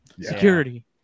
Security